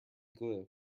glue